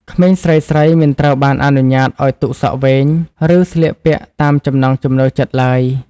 ក្មេងស្រីៗមិនត្រូវបានអនុញ្ញាតឱ្យទុកសក់វែង ឬស្លៀកពាក់តាមចំណង់ចំណូលចិត្តឡើយ។